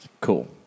Cool